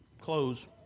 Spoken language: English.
close